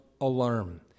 alarm